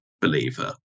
believer